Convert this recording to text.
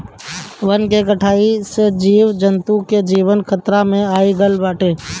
वन के कटाई से जीव जंतु के जीवन पे खतरा आगईल बाटे